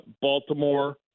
Baltimore